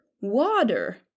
water